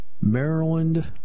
Maryland